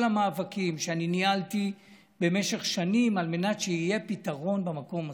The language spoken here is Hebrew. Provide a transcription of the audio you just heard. המאבקים שאני ניהלתי במשך שנים על מנת שיהיה פתרון במקום הזה.